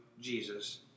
Jesus